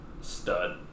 Stud